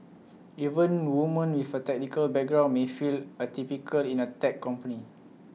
even woman with A technical background may feel atypical in A tech company